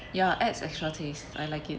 ya adds extra taste I like it